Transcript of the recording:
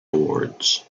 awards